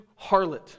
harlot